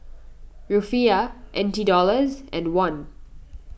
Rufiyaa N T dollars and won